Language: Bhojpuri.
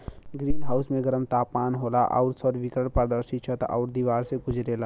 ग्रीन हाउस में गरम तापमान होला आउर सौर विकिरण पारदर्शी छत आउर दिवार से गुजरेला